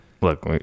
look